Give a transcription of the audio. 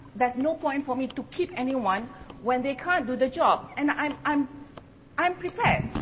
there's no point for me to keep anyone when they can't do the job, and i'm, i'm i'm prepared.